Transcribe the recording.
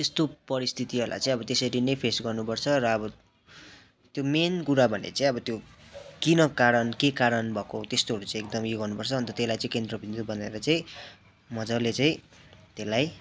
त्यस्तो परिस्थितिहरूलाई चाहिँ अब त्यसरी नै फेस गर्नु पर्छ र अब त्यो मेन कुरा भने चाहिँ अब त्यो किन कारण के कारण भएको हो त्यस्तोहरू चाहिँ एकदम उयो गर्नु पर्छ अन्त त्यसलाई चाहिँ केन्द्रबिन्दु बनाएर चाहिँ मजाले चाहिँ त्यसलाई